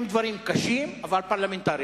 הם דברים קשים אבל פרלמנטריים.